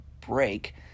break